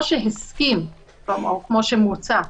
כמו שמוצע,